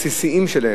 הבסיסיים שלהם,